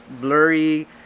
blurry